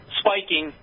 spiking